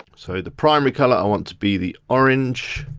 so the primary colour i want to be the orange.